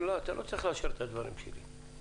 אתה לא צריך לאשר את הדברים שלי.